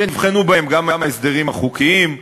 שנבחנו בהן גם ההסדרים החוקיים,